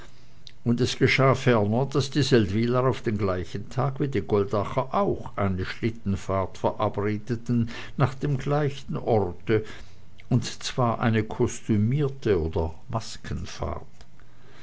und es geschah ferner daß die seldwyler auf den gleichen tag wie die goldacher auch eine schlittenfahrt verabredeten nach dem gleichen orte und zwar eine kostümierte oder maskenfahrt